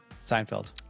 Seinfeld